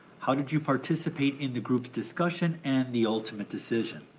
how did you participate in the group's discussion and the ultimate decision?